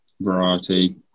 variety